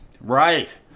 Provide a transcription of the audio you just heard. Right